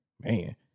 Man